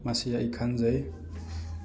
ꯃꯁꯤ ꯑꯩ ꯈꯪꯖꯩ